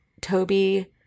Toby